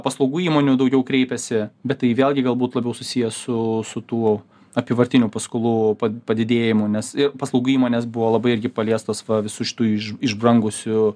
paslaugų įmonių daugiau kreipiasi bet tai vėlgi galbūt labiau susiję su su tų apyvartinių paskolų padidėjimu nes ir paslaugų įmonės buvo labai irgi paliestos po visų šitų iš išbrangusių